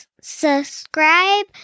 subscribe